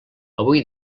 avui